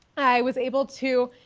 i was able to,